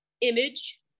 image